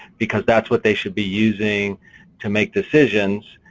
because that's what they should be using to make decisions,